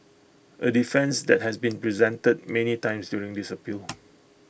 A defence that has been presented many times during this appeal